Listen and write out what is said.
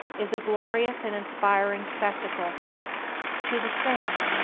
is a glorious and inspiring spectacle to the saint,